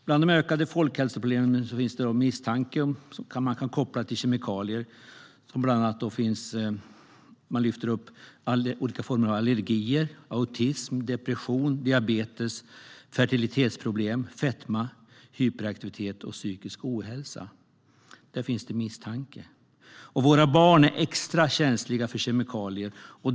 Bland de ökande folkhälsoproblem som misstänks kunna kopplas till kemikalierna finns bland annat olika former av allergier, autism, depression, diabetes, fertilitetsproblem, fetma, hyperaktivitet och psykisk ohälsa. Våra barn är extra känsliga för kemikalier.